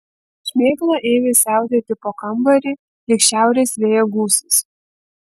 šmėkla ėmė siautėti po kambarį lyg šiaurės vėjo gūsis